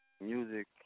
music